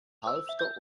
halfter